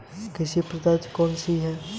कृषि पद्धतियाँ कौन कौन सी हैं?